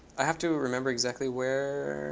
i have to remember exactly where.